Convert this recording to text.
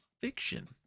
fiction